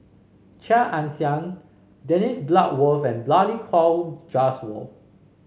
Chia Ann Siang Dennis Bloodworth and Balli Kaur Jaswal